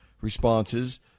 responses